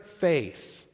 faith